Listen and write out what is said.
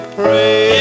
pray